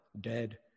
dead